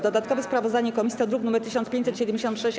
Dodatkowe sprawozdanie komisji to druk nr 1576-A.